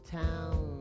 town